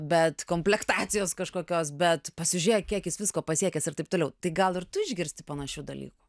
bet komplektacijos kažkokios bet pasižėk kiek jis visko pasiekęs ir taip toliau tai gal ir tu išgirsti panašių dalykų